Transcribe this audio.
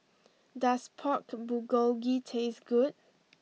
does Pork Bulgogi taste good